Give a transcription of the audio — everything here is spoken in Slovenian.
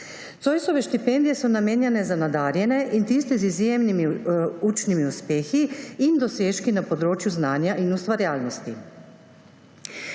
Zoisove štipendije so namenjene za nadarjene in tiste z izjemnimi učnimi uspehi in dosežki na področju znanja in ustvarjalnosti.